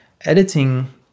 Editing